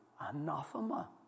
anathema